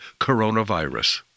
coronavirus